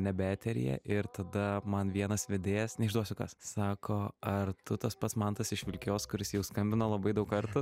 nebe eteryje ir tada man vienas vedėjas neišduosiu kas sako ar tu tas pats mantas iš vilkijos kuris jau skambino labai daug kartų